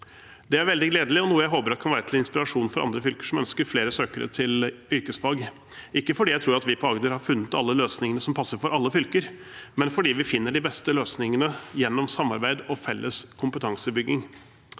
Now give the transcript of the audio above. Det er veldig gledelig og noe jeg håper kan være til inspirasjon for andre fylker som ønsker flere søkere til yrkesfag – ikke fordi jeg tror at vi på Agder har funnet alle løsningene som passer for alle fylker, men fordi vi finner de beste løsningene gjennom samarbeid og felles kompetansebygging.